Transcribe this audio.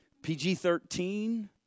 PG-13